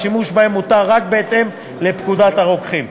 והשימוש בהם מותר רק בהתאם לפקודת הרוקחים.